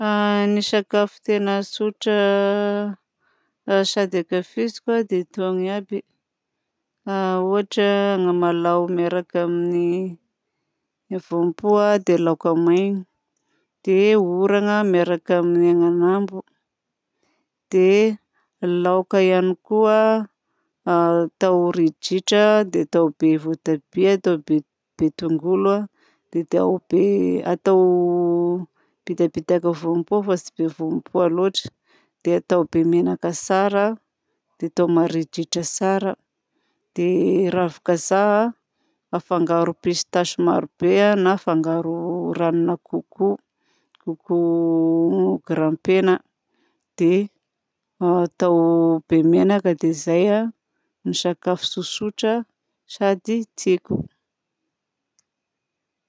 Ny sakafo tegna tsotra sady ankafiziko dia togny aby ohatra anamalaho miaraka amin'ny voampoa, dia laoka maigna, dia ôragna miaraka amin'ny ananambo. Dia laoka ihany koa atao ridritra dia atao be voatabia dia atao be tongolo, dia atao bitabitaka voampoa fa tsy be voampoa loatra dia atao be menaka tsara dia atao marihidrihitra tsara. Dia ravin-kazaha afangaro pistasy marobe na afangaro ranona coco coco rampegna de atao be menaka. Dia zay ny sakafo tsotsotra sady tiako.